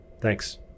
Thanks